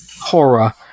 horror